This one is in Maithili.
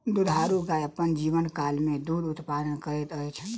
दुधारू गाय अपन जीवनकाल मे दूध उत्पादन करैत अछि